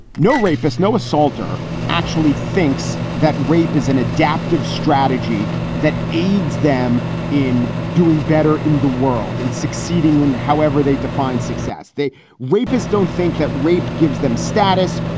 no rapist, no assaulter actually thinks that rape is an adaptive strategy that aids them in doing better in the world and succeeding. however, they define success. they rapists don't think that rape gives them status,